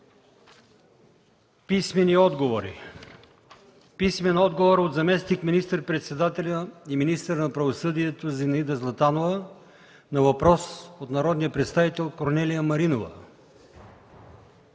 Писмени отговори от: - заместник министър-председателя и министър на правосъдието Зинаида Златанова на въпрос от народния представител Корнелия Маринова;